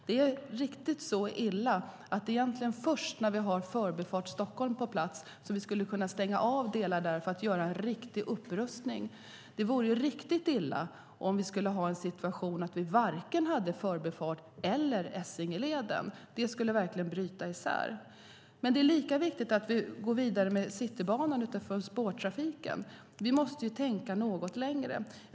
Det är riktigt så illa att det egentligen är först när vi har Förbifart Stockholm på plats som vi skulle kunna stänga av delar för att göra en riktig upprustning. Det vore riktigt illa om vi skulle ha en situation där vi varken hade Förbifart Stockholm eller Essingeleden. Det skulle verkligen bryta isär. Det är lika viktigt att vi går vidare med Citybanan för spårtrafiken. Vi måste tänkta något längre.